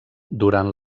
durant